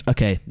Okay